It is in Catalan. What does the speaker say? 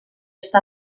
està